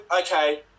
Okay